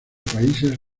países